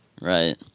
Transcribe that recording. Right